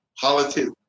politics